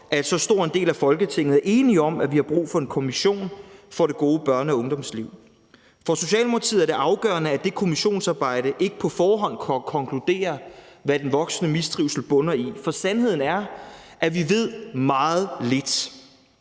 at så stor en del af Folketinget er enige om, at vi har brug for en kommission for det gode børne- og ungdomsliv. For Socialdemokratiet er det afgørende, at det kommissionsarbejde ikke på forhånd konkluderer, hvad den voksende mistrivsel bunder i, for sandheden er, at vi ved meget lidt.